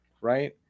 Right